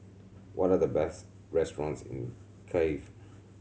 what are the best restaurants in Kiev